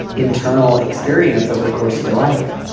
internal experience over the course of your life